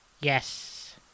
Yes